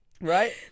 Right